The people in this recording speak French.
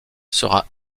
sera